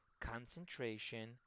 concentration